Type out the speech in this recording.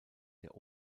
der